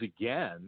again